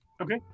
Okay